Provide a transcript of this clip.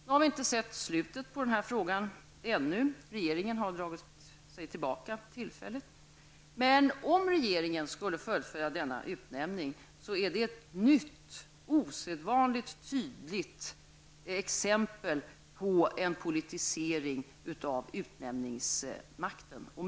Vi har ännu inte sett slutet på den här frågan. Regeringen har dragit sig tillbaka tillfälligt. Men om regeringen skulle fullfölja denna utnämning, är det ett nytt och osedvanligt tydligt exempel på en politisering av utnämningsmakten.